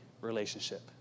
relationship